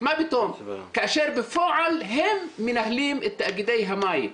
מה פתאום, כאשר בפועל הם מנהלים את תאגידי המים.